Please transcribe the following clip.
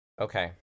Okay